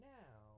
now